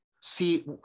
see